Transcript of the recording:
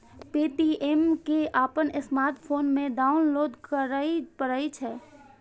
Paytm कें अपन smartphone मे डाउनलोड करय पड़ै छै